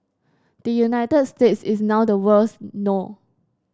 the United States is now the world's no